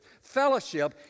Fellowship